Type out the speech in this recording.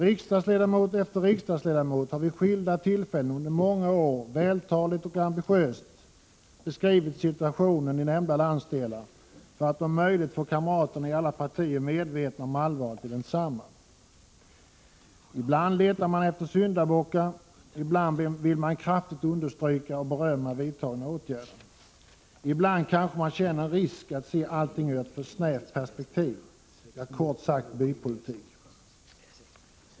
Riksdagsledamot efter riksdagsledamot har vid skilda tillfällen och under många år vältaligt och ambitiöst beskrivit situationen i nämnda landsdelar för att om möjligt få kamraterna i alla partier medvetna om allvaret i densamma. Ibland letar man efter syndabockar. Ibland vill man kraftigt understryka och berömma vidtagna åtgärder. Ibland kanske man känner en risk att se allting i ett för snävt perspektiv — kort sagt att det blir bypolitik.